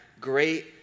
great